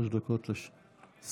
בבקשה, שלוש דקות לרשותך.